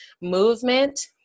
movement